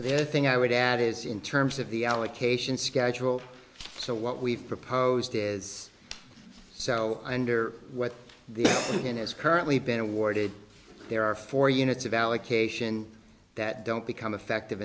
i think i would add is in terms of the allocation schedule so what we've proposed is so under what the can is currently been awarded there are four units of allocation that don't become effective